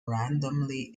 randomly